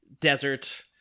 desert